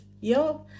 yo